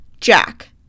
Jack